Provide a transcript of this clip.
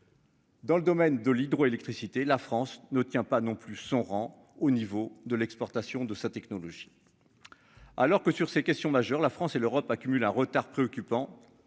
Dans le domaine de l'hydroélectricité. La France ne tient pas non plus son rang au niveau de l'exportation de sa technologie. Alors que sur ces questions majeures, la France et l'Europe accumule un retard préoccupant.